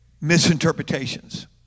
misinterpretations